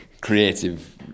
creative